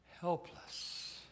helpless